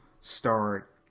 start